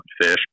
fish